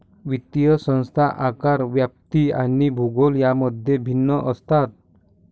वित्तीय संस्था आकार, व्याप्ती आणि भूगोल यांमध्ये भिन्न असतात